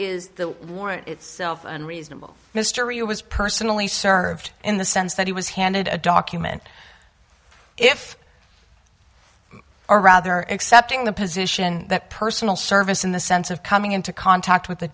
is the warrant itself unreasonable mr you was personally served in the sense that he was handed a document if or rather accepting the position that personal service in the sense of coming into contact with a